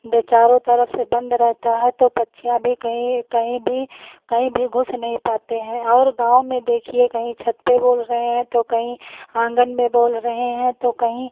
तो चारों तरफ से बंद रहता है तो पक्षियाँ भी कहीं कहीं भी कहीं भी घुस नहीं पाते हैं और गाँव में देखिए कहीं छत पर उड़ रहे हैं तो कहीं आँगन में बोल रहे हैं तो कहीं